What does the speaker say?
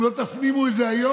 אם לא תפנימו את זה היום,